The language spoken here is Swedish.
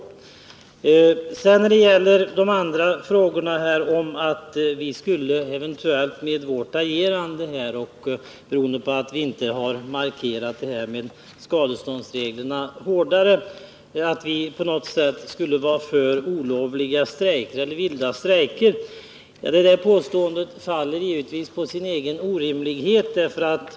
Att vi genom vårt agerande — och därför att vi inte har markerat detta med skadeståndsreglerna hårdare — på något sätt skulle vara för vilda strejker, det är ett påstående som faller på sin egen orimlighet.